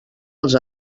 els